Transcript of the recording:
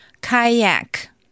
Kayak